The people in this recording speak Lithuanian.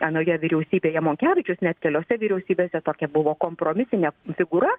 anoje vyriausybėje monkevičius net keliose vyriausybėse tokia buvo kompromisinė figūra